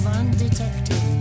undetected